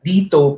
Dito